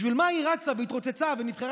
בשביל מה היא רצה והתרוצצה ונבחרה